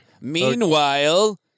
Meanwhile